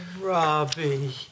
Robbie